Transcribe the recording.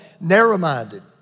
narrow-minded